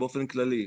באופן כללי,